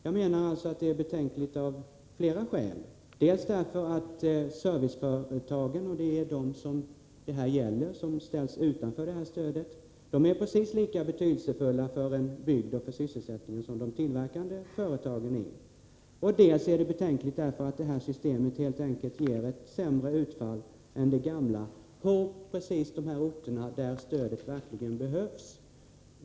Jag anser att det är betänkligt av flera skäl. Dels är serviceföretagen — som alltså här ställs utanför stödet — precis lika betydelsefulla för en bygd och för sysselsättningen som de tillverkande företagen är, dels ger det här systemet helt enkelt ett sämre utfall än det gamla på precis de orter där stödet verkligen behövs.